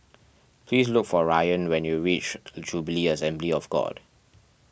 please look for Ryann when you reach Jubilee Assembly of God